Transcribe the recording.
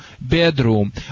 bedroom